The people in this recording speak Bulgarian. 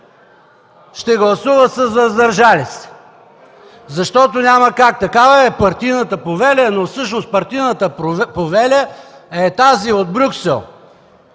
ще гласуват с „въздържали се”, защото, няма как – такава е партийната повеля, но всъщност партийната повеля е тази от Брюксел,